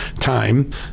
time